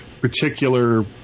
particular